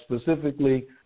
specifically